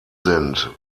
sind